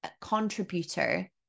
contributor